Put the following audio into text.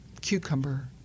cucumber